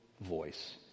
voice